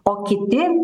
o kiti